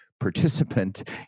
participant